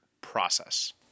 process